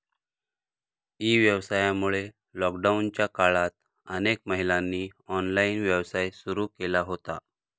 E व्यवसायामुळे लॉकडाऊनच्या काळात अनेक महिलांनी ऑनलाइन व्यवसाय सुरू केला होता